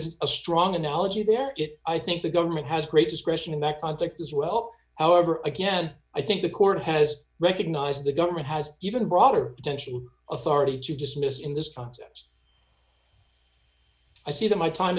is a strong analogy there i think the government has great discretion in that context as well however again i think the court has recognized the government has even broader potential authority to dismiss in this concept i see that my time